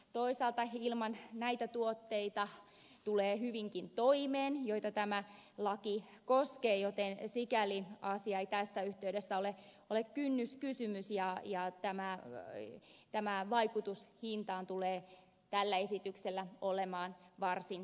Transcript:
toisaalta ilman näitä tuotteita joita tämä laki koskee tulee hyvinkin toimeen joten sikäli asia ei tässä yhteydessä ole kynnyskysymys ja tämän vaikutus hintaan tulee tällä esityksellä olemaan varsin vähäinenkin